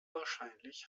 wahrscheinlich